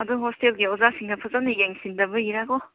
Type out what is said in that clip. ꯑꯗꯨ ꯍꯣꯁꯇꯦꯜꯒꯤ ꯑꯣꯖꯥꯁꯤꯡꯅ ꯐꯖꯅ ꯌꯦꯡꯁꯤꯟꯗꯕꯒꯤꯔꯥꯀꯣ